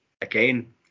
again